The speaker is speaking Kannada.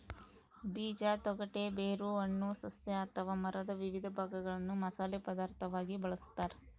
ಬೀಜ ತೊಗಟೆ ಬೇರು ಹಣ್ಣು ಸಸ್ಯ ಅಥವಾ ಮರದ ವಿವಿಧ ಭಾಗಗಳನ್ನು ಮಸಾಲೆ ಪದಾರ್ಥವಾಗಿ ಬಳಸತಾರ